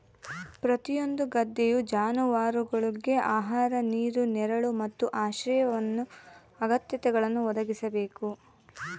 ಪ್ರತಿಯೊಂದು ಗದ್ದೆಯು ಜಾನುವಾರುಗುಳ್ಗೆ ಆಹಾರ ನೀರು ನೆರಳು ಮತ್ತು ಆಶ್ರಯ ಅಗತ್ಯಗಳನ್ನು ಒದಗಿಸಬೇಕು